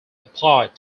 applied